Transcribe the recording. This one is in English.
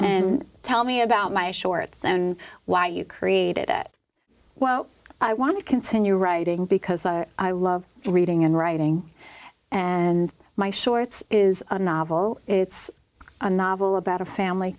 and tell me about my shorts and why you created it well i want to continue writing because i love reading and writing and my shorts is a novel it's a novel about a family